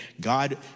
God